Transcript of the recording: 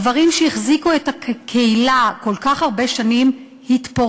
הדברים שהחזיקו את הקהילה כל כך הרבה שנים התפוררו.